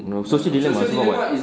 no social dilemma